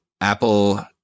Apple